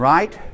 Right